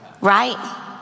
right